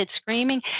screaming